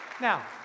Now